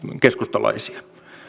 keskustalaisia